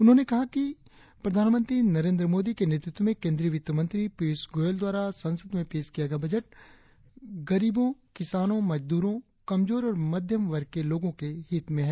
उन्होंने कहा कि प्रधानमंत्री नरेंद्र मोदी के नेतृत्व में केंद्रीय वित्त मंत्री पीयूष गोयल द्वारा संसद में पेश किया गया बजट गरीबो किसानो मजदूरो कमजोर और मध्यम वर्ग के लोगो के हित में है